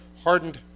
hardened